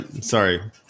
Sorry